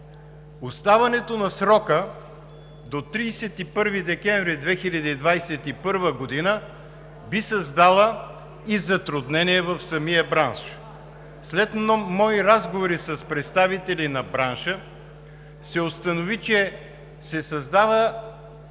Оставането на срока до 31 декември 2021 г. би създало и затруднение в самия бранш. След мои разговори с представители на бранша се установи, че се създава